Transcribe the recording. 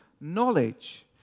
knowledge